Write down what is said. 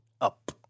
up